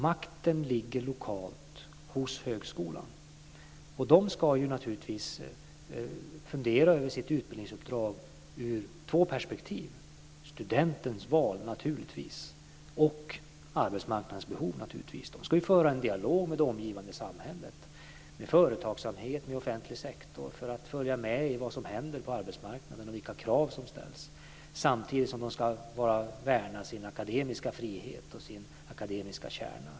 Makten ligger lokalt hos högskolorna. De ska naturligtvis fundera över sitt utbildningsuppdrag ur två perspektiv: studentens val och arbetsmarknadens behov. De ska föra en dialog med det omgivande samhället - med företagsamhet, med offentlig sektor - för att följa med i vad som händer på arbetsmarknaden och vilka krav som ställs. Samtidigt ska de värna sin akademiska frihet och sin akademiska kärna.